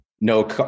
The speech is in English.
no